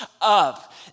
up